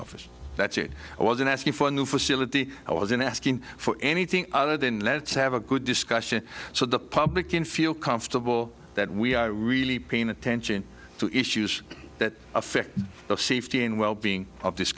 office that's it i wasn't asking for a new facility i wasn't asking for anything other than let's have a good discussion so the public can feel comfortable that we are really paying attention to issues that affect the safety and well being of this